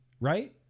right